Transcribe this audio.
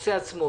בנושא עצמו,